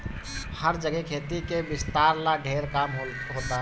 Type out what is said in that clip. हर जगे खेती के विस्तार ला ढेर काम होता